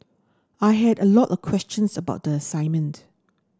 I had a lot of questions about the assignment